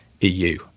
EU